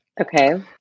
Okay